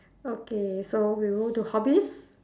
okay so we move to hobbies